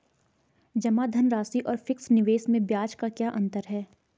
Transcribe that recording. जमा धनराशि और फिक्स निवेश में ब्याज का क्या अंतर है?